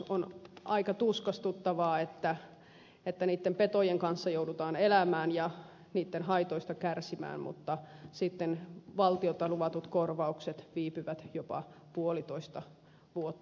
on aika tuskastuttavaa että niitten petojen kanssa joudutaan elämään ja niitten haitoista kärsimään mutta sitten valtiolta luvatut korvaukset viipyvät jopa puolitoista vuotta